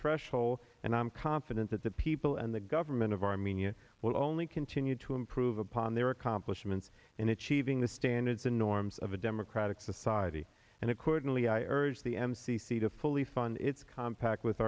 threshold and i'm confident that the people and the government of armenia will only continue to improve upon their accomplishments in achieving the standards and norms of a democratic society and accordingly i urge the m c c to fully fund its compact with